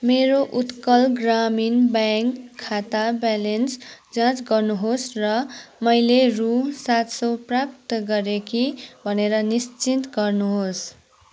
मेरो उत्कल ग्रामीण ब्याङ्क खाता ब्यालेन्स जाँच गर्नुहोस् र मैले रु सात सौ प्राप्त गरेँ कि भनेर निश्चित गर्नुहोस्